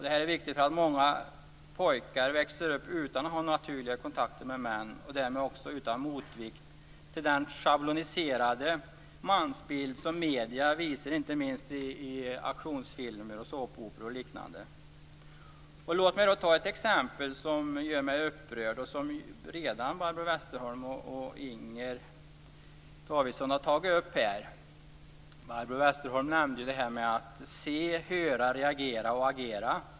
Det är viktigt eftersom många pojkar växer upp utan att ha naturliga kontakter med män, och därmed också utan motvikt till den schabloniserade mansbild som medierna visar inte minst i aktionsfilmer, såpoperor och liknande. Låt mig ta ett exempel som gör mig upprörd. Barbro Westerholm och Inger Davidson har redan tagit upp det. Barbro Westerholm nämnde detta med att se, höra, reagera och agera.